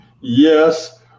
Yes